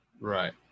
Right